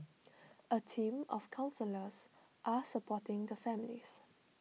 A team of counsellors are supporting the families